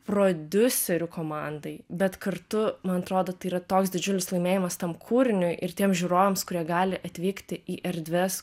prodiuserių komandai bet kartu man atrodo tai yra toks didžiulis laimėjimas tam kūriniui ir tiem žiūrovams kurie gali atvykti į erdves